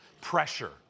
Pressure